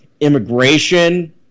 immigration